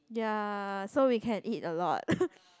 ya so we can eat a lot